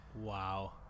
Wow